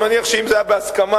אני מניח שאם זה היה בהסכמה,